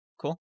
Cool